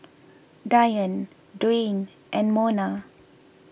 Dionne Dwaine and Monna